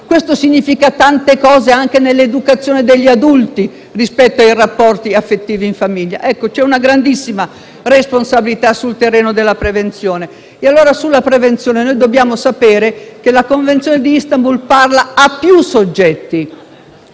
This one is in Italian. Questo significa tante cose anche nell'educazione degli adulti rispetto ai rapporti affettivi in famiglia. Ebbene, c'è una grandissima responsabilità sul terreno della prevenzione. Proprio su questo terreno dobbiamo sapere che la Convenzione di Istanbul parla a più soggetti: